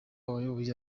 wayoboraga